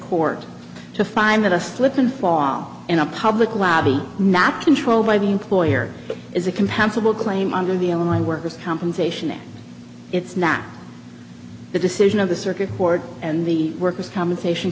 court to find that a slip and fall in a public lobby not controlled by the employer is a compatible claim under the on line workers compensation and it's not the decision of the circuit board and the workers compensation